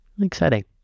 exciting